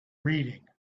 reading